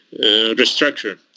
restructure